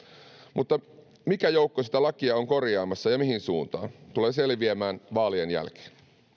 mutta se mikä joukko sitä lakia on korjaamassa ja mihin suuntaan tulee selviämään vaalien jälkeen